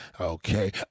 okay